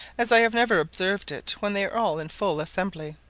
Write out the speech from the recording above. as i have never observed it when they were all in full assembly,